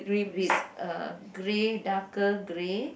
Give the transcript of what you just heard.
with a grey darker grey